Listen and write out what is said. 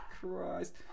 Christ